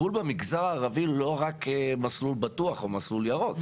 טיפול במגזר הערבי הוא לא רק ב-׳מסלול בטוח׳ או ב-׳מסלול ירוק',